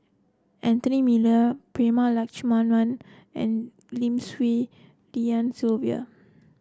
Anthony Miller Prema Letchumanan and Lim Swee Lian Sylvia